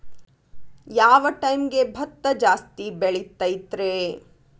ಯಾವ ಟೈಮ್ಗೆ ಭತ್ತ ಜಾಸ್ತಿ ಬೆಳಿತೈತ್ರೇ?